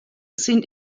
sind